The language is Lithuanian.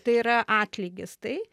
tai yra atlygis tai